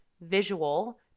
visual